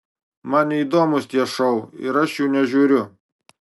man neįdomūs tie šou ir aš jų nežiūriu